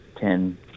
ten